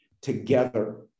together